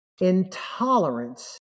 Intolerance